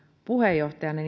puheenjohtajana